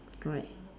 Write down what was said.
right